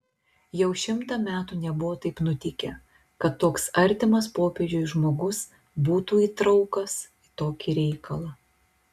jau šimtą metų nebuvo taip nutikę kad toks artimas popiežiui žmogus būtų įtraukas į tokį reikalą